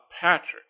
patrick